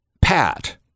Pat